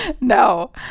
No